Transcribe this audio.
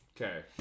Okay